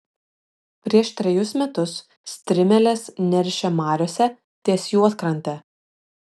prieš trejus metus strimelės neršė mariose ties juodkrante